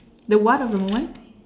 the what of the moment